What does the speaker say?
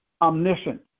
omniscient